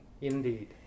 Indeed